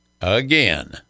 Again